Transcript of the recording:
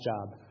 job